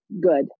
good